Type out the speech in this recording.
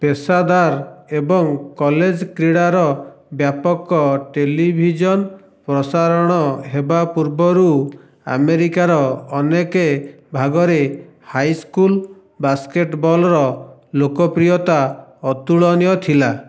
ପେଶାଦାର ଏବଂ କଲେଜ କ୍ରୀଡ଼ାର ବ୍ୟାପକ ଟେଲିଭିଜନ ପ୍ରସାରଣ ହେବା ପୂର୍ବରୁ ଆମେରିକାର ଅନେକ ଭାଗରେ ହାଇସ୍କୁଲ୍ ବାସ୍କେଟବଲର ଲୋକପ୍ରିୟତା ଅତୁଳନୀୟ ଥିଲା